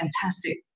fantastic